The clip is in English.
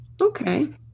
Okay